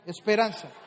Esperanza